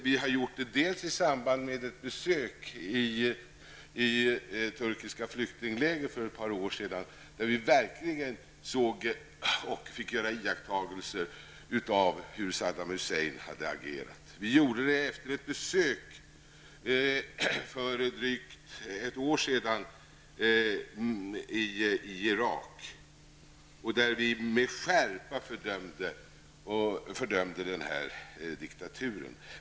Vi har gjort det dels i samband med ett besök i turkiska flyktingläger för ett par år sedan, där vi kunde iaktta hur Saddam Hussein hade agerat, dels efter ett besök i Irak för drygt ett år sedan, då vi med skärpa fördömde diktaturen.